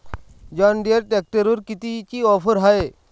John Deere ट्रॅक्टरवर कितीची offer हाये?